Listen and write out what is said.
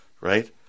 right